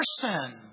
person